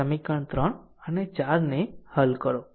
સમીકરણ 3 અને 4 ને હલ કરો